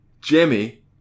jimmy